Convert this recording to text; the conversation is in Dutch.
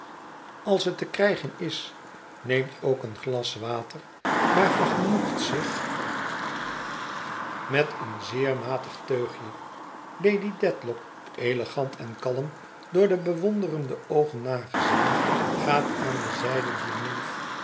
als het te krijgen is neemt ook een glas water maar vergenoegt zich met een zeer matig teugje lady dedlock elegant en kalm door bewonderende oogen nagezien gaat aan de zijde dier nimf